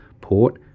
Port